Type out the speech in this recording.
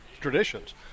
traditions